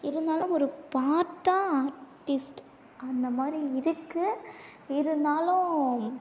இருந்தாலும் ஒரு பார்ட்டாக ஆர்ட்டிஸ்ட் அந்தமாதிரி இருக்குது இருந்தாலும்